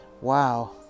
Wow